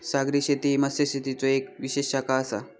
सागरी शेती ही मत्स्यशेतीचो येक विशेष शाखा आसा